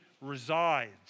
resides